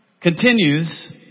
continues